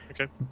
Okay